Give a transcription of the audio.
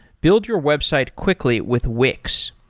build your website quickly with wix.